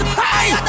hey